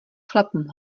chlapům